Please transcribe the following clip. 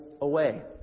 away